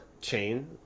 chain